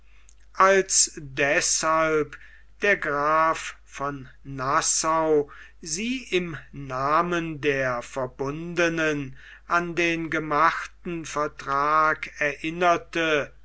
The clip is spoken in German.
als deßhalb der graf von nassau sie im namen der verbundenen an den gemachten vertrag erinnerte